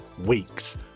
weeks